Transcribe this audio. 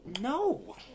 No